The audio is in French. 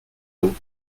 haut